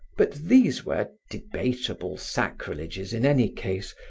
but these were debatable sacrileges, in any case,